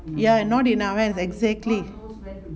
ya not in our hands exactly